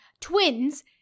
twins